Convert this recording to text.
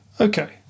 Okay